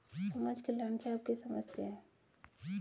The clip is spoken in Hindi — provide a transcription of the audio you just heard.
समाज कल्याण से आप क्या समझते हैं?